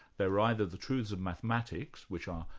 they are either the truths of mathematics, which are,